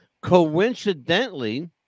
coincidentally